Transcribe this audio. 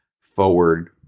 forward